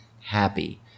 happy